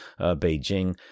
Beijing